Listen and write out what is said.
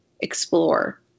explore